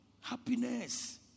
happiness